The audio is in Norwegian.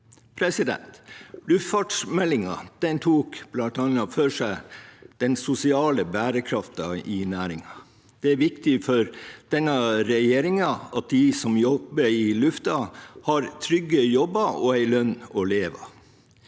ble innført. Luftfartsmeldingen tok bl.a. for seg den sosiale bærekraften i næringen. Det er viktig for denne regjeringen at de som jobber i luften, har trygge jobber og en lønn å leve